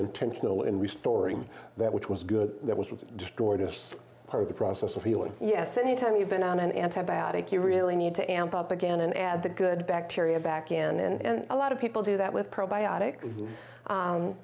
intentional in restoring that which was good that was destroyed as part of the process of healing yes any time you've been on an antibiotic you really need to amp up again and add the good bacteria back in and a lot of people do that with